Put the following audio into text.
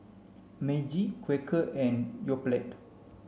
Meiji Quaker and Yoplait